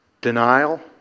Denial